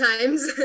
times